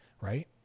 right